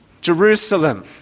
Jerusalem